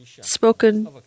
spoken